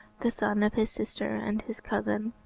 the son of his sister, and his cousin.